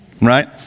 right